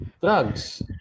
drugs